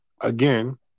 Again